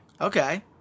Okay